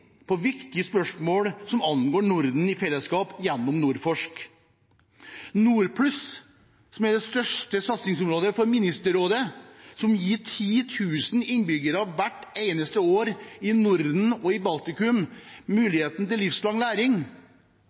på viktige spørsmål som angår Norden i fellesskap, gjennom NordForsk, og det gjelder Nordplus, som er det største satsingsområdet for Ministerrådet, som hvert eneste år gir 10 000 innbyggere i Norden og Baltikum muligheten til livslang læring.